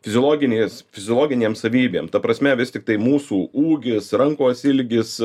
fiziologinės fiziologinėm savybėm ta prasme vis tiktai mūsų ūgis rankos ilgis